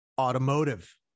automotive